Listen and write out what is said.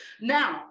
Now